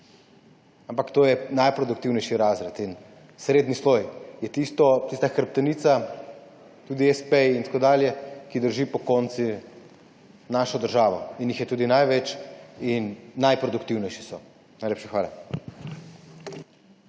ampak to je najproduktivnejši razred. Srednji sloj je tista hrbtenica, tudi espeji, ki drži pokonci našo državo. Jih je tudi največ in najproduktivnejši so. Najlepša hvala.